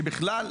שבכלל,